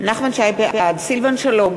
בעד סילבן שלום,